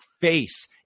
face